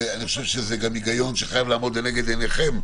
והוא חייב לעמוד גם לנגד עיניכם,